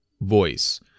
voice